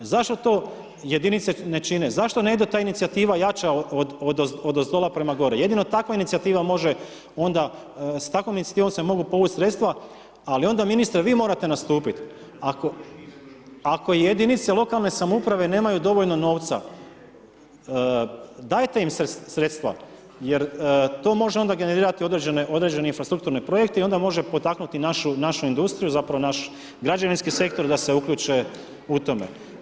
Zašto to jedinice ne čine, zašto ne ide ta inicijativa jača odozdola prema gore, jedino takva inicijativa može onda s takvom inicijativom se mogu povuč sredstva, ali onda ministre vi morate nastupit, ako jedinice lokalne samouprave nemaju dovoljno novca dajte im sredstva jer to može onda generirati određene, određene infrastrukturne projekte i onda može potaknuti našu industriju zapravo naš građevinski sektor da se uključe u tome.